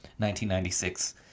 1996